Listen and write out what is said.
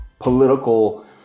political